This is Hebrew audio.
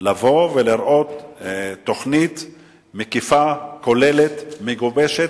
לבוא ולראות תוכנית מקיפה, כוללת, מגובשת,